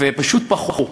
והם פשוט בכו,